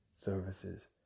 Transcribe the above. services